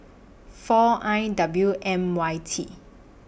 four I W M Y T